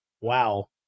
Wow